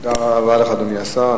תודה רבה לך, אדוני השר.